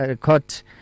caught